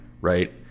right